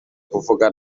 kuvuga